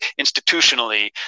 institutionally